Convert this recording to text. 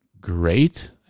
great